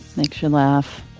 makes you laugh.